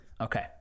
okay